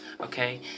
okay